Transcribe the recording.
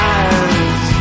eyes